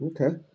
Okay